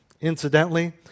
Incidentally